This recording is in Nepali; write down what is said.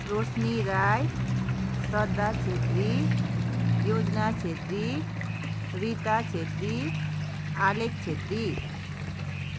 रोशनी राई श्रद्धा छेत्री योजना छेत्री रिता छेत्री आलेक छेत्री